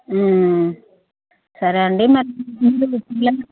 సరే అండి ముందు పిల్లల్ని